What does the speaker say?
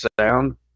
sound